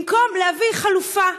במקום להביא חלופה.